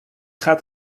gaat